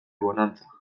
bonanza